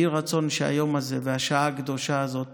יהי רצון שהיום הזה והשעה הקדושה הזאת